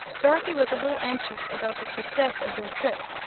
dorothy was a little anxious about the success of their trip,